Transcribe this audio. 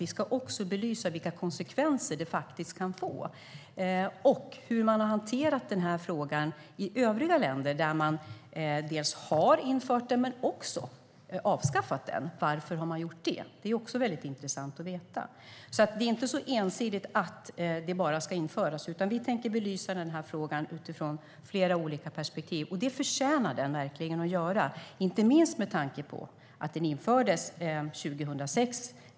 Vi ska också belysa vilka konsekvenser den faktiskt kan få och hur man har hanterat den frågan i övriga länder. I andra länder har man infört den men också avskaffat den. Varför har man gjort det? Det är väldigt intressant att veta. Det är inte så ensidigt: att den bara ska införas. Vi tänker belysa frågan utifrån flera olika perspektiv. Det förtjänar den verkligen, inte minst med tanke på att skatten infördes 2006.